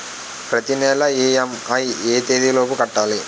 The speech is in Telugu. ప్రతినెల ఇ.ఎం.ఐ ఎ తేదీ లోపు కట్టాలి?